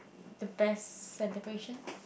the best celebration